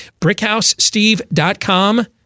BrickHouseSteve.com